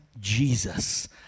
Jesus